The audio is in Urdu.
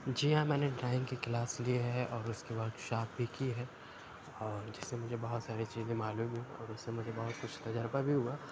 جی ہاں میں نے ڈرائنگ کی کلاس لی ہے اور اُس کی ورک شاپ بھی کی ہے اور جس سے مجھے بہت ساری چیزیں معلوم ہوئیں اور اُ س سے مجھے بہت کچھ تجربہ بھی ہُوا